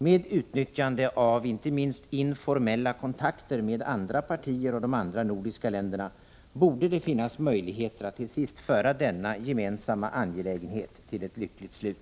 Med utnyttjande av inte minst informella kontakter med andra partier och de andra nordiska länderna borde det finnas möjligheter att till sist föra denna gemensamma angelägenhet till ett lyckligt slut.